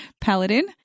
paladin